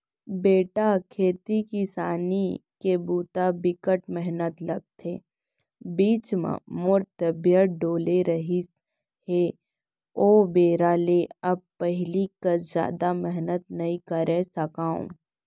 बेटा खेती किसानी के बूता बिकट मेहनत लागथे, बीच म मोर तबियत डोले रहिस हे ओ बेरा ले अब पहिली कस जादा मेहनत नइ करे सकव